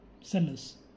sellers